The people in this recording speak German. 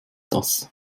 das